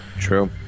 True